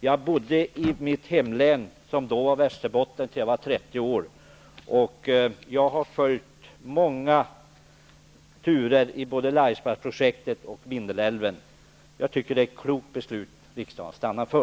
Västerbotten var mitt hemlän tills jag var 30 år. Jag har följt många turer i fråga om både Laisvallsprojektet och Vindelälven, och jag tycker att det är ett klokt beslut riksdagen stannar för.